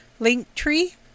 Linktree